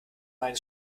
meine